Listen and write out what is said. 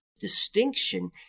distinction